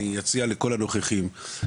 אני אציע לכל הנוכחים לוותר על הדיון.